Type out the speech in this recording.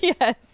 yes